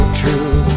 true